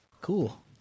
Cool